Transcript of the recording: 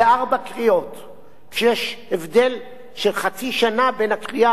כשיש הבדל של חצי שנה בין הקריאה השלישית לקריאה הרביעית.